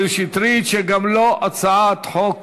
מאיר שטרית, שגם לו הצעת חוק